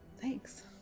Thanks